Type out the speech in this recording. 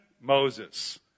Moses